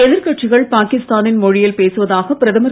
எதிர்கட்சிகள் பாகிஸ்தா னின் மொழியில் பேசுவதாக பிரதமர்